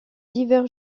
divers